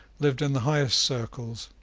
lived in the highest circles,